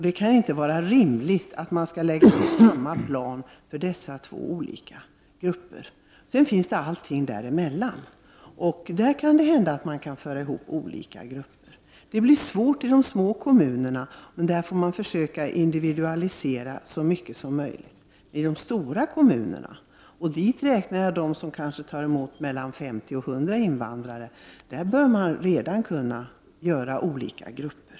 Det kan inte vara rimligt att man skall använda samma plan för dessa två olika grupper. Sedan finns det kunskapsnivåer däremellan. På de nivåerna kan det hända att man kan föra samman olika grupper. Det blir svårt i de små kommunerna, men man måste försöka att individualisera så mycket som möjligt i de stora kommunerna. Till dem räknar jag de kommuner som tar emot 50-100 invandrare. Där bör man redan kunna indela i olika grupper.